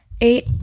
eight